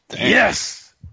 Yes